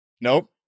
Nope